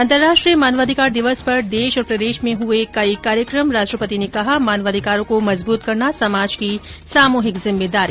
अंतर्राष्ट्रीय मानवाधिकार दिवस पर देश और प्रदेश में हुए कई कार्यक्रम राष्ट्रपति ने कहा मानवाधिकारों को मजबूत करना समाज की सामूहिक जिम्मेदारी